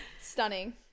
Stunning